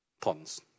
tons